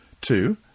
Two